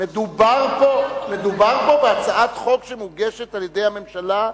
מדובר פה בהצעת חוק שמוגשת על-ידי הממשלה,